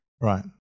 Right